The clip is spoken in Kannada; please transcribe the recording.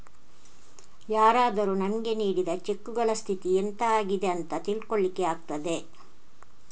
ಯಾರಾದರೂ ನಮಿಗೆ ನೀಡಿದ ಚೆಕ್ಕುಗಳ ಸ್ಥಿತಿ ಎಂತ ಆಗಿದೆ ಅಂತ ತಿಳ್ಕೊಳ್ಳಿಕ್ಕೆ ಆಗ್ತದೆ